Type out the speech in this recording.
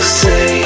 say